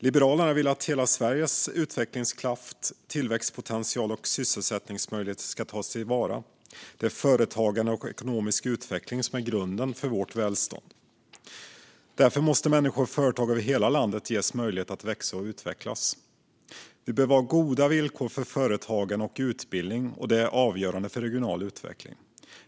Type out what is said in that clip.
Liberalerna vill att hela Sveriges utvecklingskraft, tillväxtpotential och sysselsättningsmöjligheter ska tas till vara. Det är företagande och ekonomisk utveckling som är grunden för vårt välstånd. Därför måste människor och företag över hela landet ges möjligheter att växa och utvecklas. Vi behöver ha goda villkor för företag och utbildning, och det är avgörande för regional utveckling.